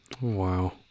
wow